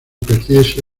perdiese